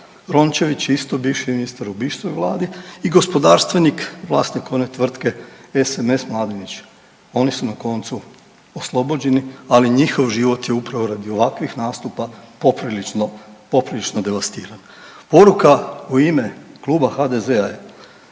Rončević isto bivši ministar u bivšoj vladi i gospodarstvenik vlasnik one tvrtke SMS Mladinić, oni su na koncu oslobođeni, ali njihov život je upravo radi ovakvih nastupa poprilično, poprilično devastiran. Poruka u ime Kluba HDZ-a je